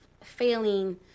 failing